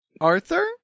Arthur